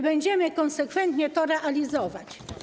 Będziemy konsekwentnie to realizować.